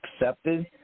accepted